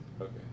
Okay